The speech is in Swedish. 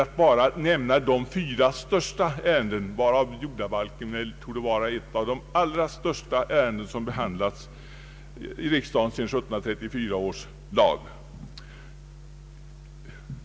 Jag har bara velat nämna de fem tyngsta ärendena, av vilka jordabalken torde vara ett av de största lagförslag som behandlats i riksdagen efter 1734 års lag.